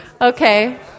okay